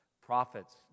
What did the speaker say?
Prophets